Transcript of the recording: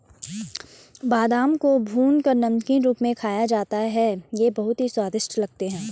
बादाम को भूनकर नमकीन के रूप में खाया जाता है ये बहुत ही स्वादिष्ट लगते हैं